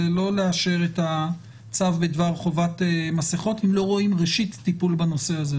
זה לא לאשר את הצו בדבר חובת מסיכות אם לא רואים ראשית טיפול בנושא הזה,